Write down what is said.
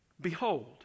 Behold